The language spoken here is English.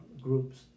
groups